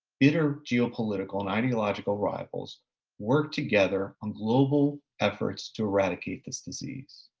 bitter geopolitical and ideological rivals work together on global efforts to eradicate this disease.